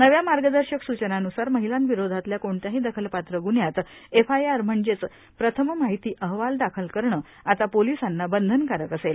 नव्या मार्गदर्शक स्चनांन्सार महिलांविरोधातल्या कोणत्याही दखलपात्र ग्न्ह्यात एफआयआर म्हणजेच प्रथम माहिती अहवाल दाखल करणं आता पोलीसांना बंधनकारक असेल